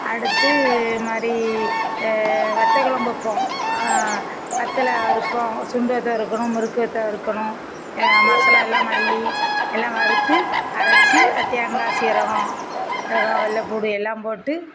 அடுத்து இது மாதிரி வத்தக்கொழம்பு வைப்போம் வத்தலை வறுப்போம் சுண்டு வத்தல் வறுக்கணும் முறுக்கு வத்தல் வறுக்கணும் மசாலாவில் மல்லி எல்லாம் வறுத்து அரைச்சி தேங்காய் சீரகம் இதெல்லாம் வெள்ளப்புடு எல்லாம் போட்டு